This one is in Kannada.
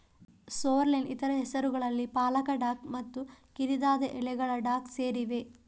ಸೋರ್ರೆಲ್ನ ಇತರ ಹೆಸರುಗಳಲ್ಲಿ ಪಾಲಕ ಡಾಕ್ ಮತ್ತು ಕಿರಿದಾದ ಎಲೆಗಳ ಡಾಕ್ ಸೇರಿವೆ